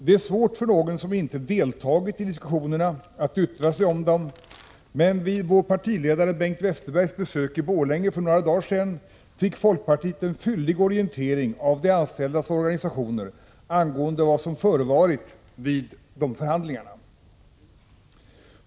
Det är svårt för någon som inte har deltagit i diskussionerna att yttra sig om dem, men vid vår partiledares Bengt Westerberg besök i Borlänge för några dagar sedan fick folkpartiet en fyllig orientering av de anställdas organisationer angående vad som förevarit vid förhandlingarna.